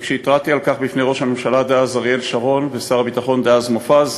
וכשהתרעתי על כך בפני ראש הממשלה דאז אריאל שרון ושר הביטחון דאז מופז,